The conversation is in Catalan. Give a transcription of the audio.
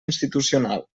institucional